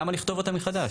למה לכתוב אותם מחדש?